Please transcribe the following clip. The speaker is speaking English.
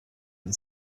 and